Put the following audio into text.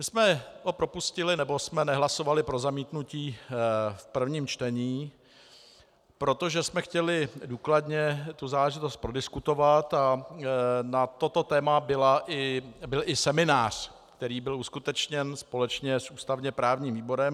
My jsme ho propustili, nebo jsme nehlasovali pro zamítnutí v prvním čtení, protože jsme chtěli důkladně tu záležitost prodiskutovat, a na toto téma byl i seminář, který byl uskutečněn společně s ústavněprávním výborem.